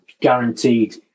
guaranteed